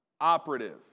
Operative